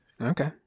okay